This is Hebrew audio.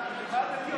אני אצא ברוגע.